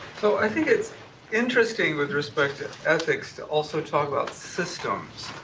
so i think it's interesting with respect to ethics to also talk about systems.